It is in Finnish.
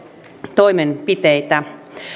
toimenpiteitä